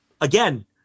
again